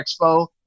Expo